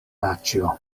paĉjo